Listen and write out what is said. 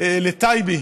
לטייבי,